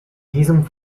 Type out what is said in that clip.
diesem